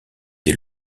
des